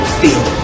feel